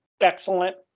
excellent